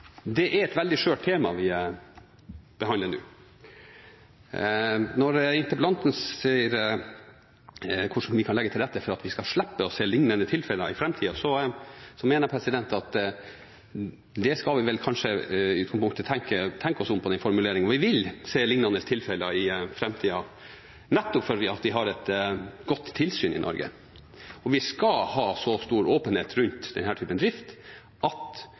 det er et veldig skjørt tema vi behandler nå. Når interpellanten spør hvordan vi kan legge til rette for at vi skal slippe å se lignende tilfeller i framtiden, mener jeg at vi i utgangspunktet kanskje skal tenke oss om når det gjelder den formuleringen. Vi vil se lignende tilfeller i framtiden, nettopp fordi vi har et godt tilsyn i Norge, og vi skal ha så stor åpenhet rundt denne typen drift at